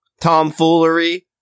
Tomfoolery